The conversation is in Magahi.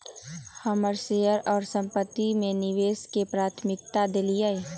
हम शेयर आऽ संपत्ति में निवेश के प्राथमिकता देलीयए